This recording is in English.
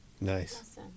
Nice